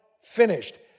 finished